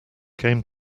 came